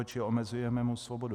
Čili omezujeme mu svobodu.